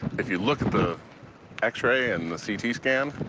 if you look at the x-ray and the c t. scans,